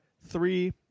Three